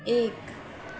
एक